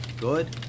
good